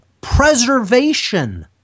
preservation